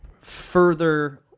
further